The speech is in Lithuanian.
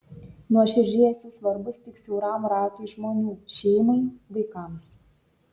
nuoširdžiai esi svarbus tik siauram ratui žmonių šeimai vaikams